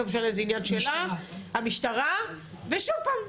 לא משנה זה עניין שלה ושוב פעם,